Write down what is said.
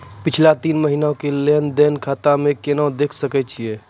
पिछला तीन महिना के लेंन देंन खाता मे केना देखे सकय छियै?